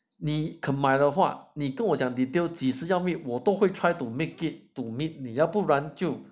你肯买的话你跟我讲 details 几时要 meet 我都会 try to make it to meet 你要不然就